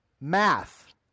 Math